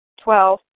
Twelve